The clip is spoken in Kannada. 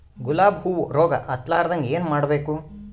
ಗುಲಾಬ್ ಹೂವು ರೋಗ ಹತ್ತಲಾರದಂಗ ಏನು ಮಾಡಬೇಕು?